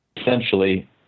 essentially